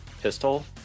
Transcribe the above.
pistol